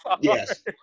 yes